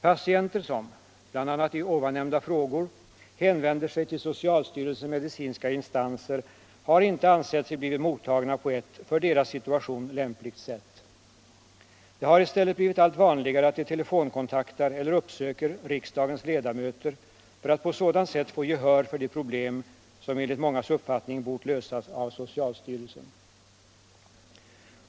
Patienter som, bl.a. i nämnda frågor, hänvänder sig till socialstyrelsens medicinska instanser har inte ansett sig blivit mottagna på ett — för deras situation — lämpligt sätt. Det har i stället blivit allt vanligare att de telefonkontaktar eller uppsöker riksdagens ledamöter för att på sådant sätt få gehör för de problem som enligt mångas uppfattning bort lösas av socialstyrelsen.